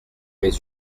mes